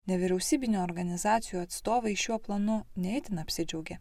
nevyriausybinių organizacijų atstovai šiuo planu ne itin apsidžiaugė